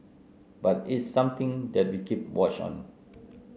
but it's something that we keep watch on